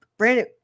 Brandon